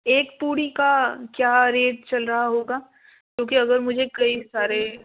ایک پوری کا کیا ریٹ چل رہا ہوگا کیونکہ اگر مجھے کئی سارے